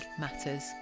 matters